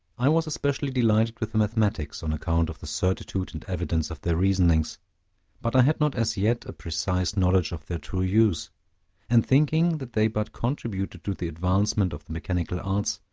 i was especially delighted with the mathematics, on account of the certitude and evidence of their reasonings but i had not as yet a precise knowledge of their true use and thinking that they but contributed to the advancement of the mechanical arts,